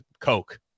Coke